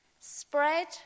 Spread